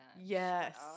Yes